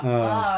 ah